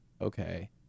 okay